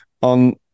on